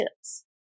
tips